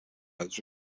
roads